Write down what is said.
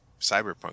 cyberpunk